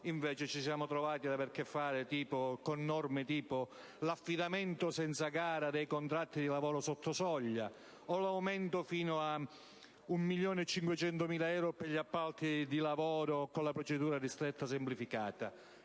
ci siamo trovati ad avere a che fare con norme tipo quelle che prevedono l'affidamento senza gara dei contratti di lavoro sotto soglia o l'aumento fino a 1.500.000 euro del limite per gli appalti di lavoro con la procedura ristretta semplificata.